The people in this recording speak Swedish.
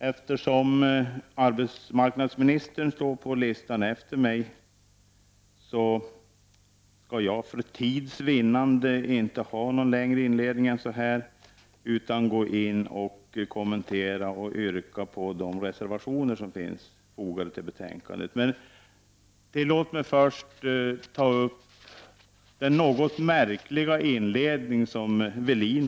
Eftersom arbetsmarknadsministern står efter mig på talarlistan, gör jag för tids vinnande ingen längre inledning utan skall nu övergå till att kommentera de reservationer som är fogade till betänkandet. Tillåt mig först att kommentera Kjell-Arne Welins något märkliga inledning.